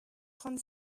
trente